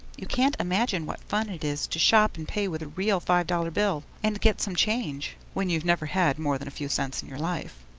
you can't imagine what fun it is to shop and pay with a real five-dollar bill and get some change when you've never had more than a few cents in your life.